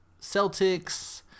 Celtics